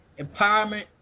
empowerment